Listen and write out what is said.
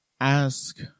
ask